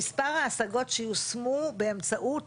תוסיפי משפט "ומספר ההשגות שיושמו באמצעות